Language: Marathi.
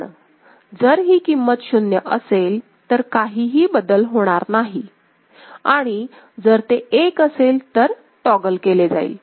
पण जर ही किंमत शून्य असेल तर काहीही बदल होणार नाही आणि जर ते एक असेल तर टॉगल केले जाईल